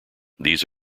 these